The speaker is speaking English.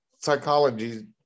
psychology